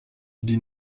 din